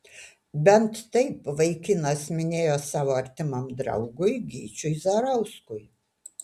bent taip vaikinas minėjo savo artimam draugui gyčiui zarauskui